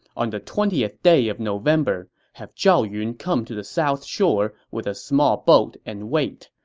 on the twentieth day of november, have zhao yun come to the south shore with a small boat and wait.